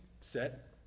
set